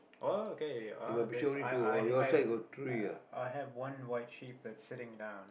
oh okay oh there's I I I I I have one white sheep that's sitting down